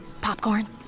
Popcorn